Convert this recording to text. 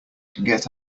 get